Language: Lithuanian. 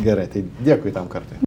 gerai tai dėkui tam kartui